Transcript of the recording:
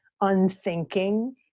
unthinking